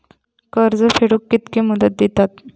कर्ज फेडूक कित्की मुदत दितात?